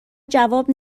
جواب